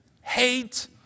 hate